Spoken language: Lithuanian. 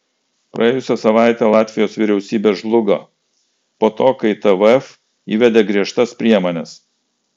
praėjusią savaitę latvijos vyriausybė žlugo po to kai tvf įvedė griežtas priemones